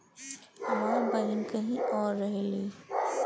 हमार बहिन कहीं और रहेली